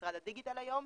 משרד הדיגיטל היום,